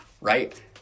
Right